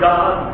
God